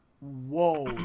Whoa